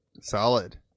Solid